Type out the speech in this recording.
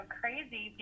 crazy